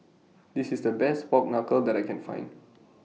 This IS The Best Pork Knuckle that I Can Find